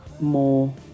more